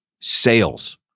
sales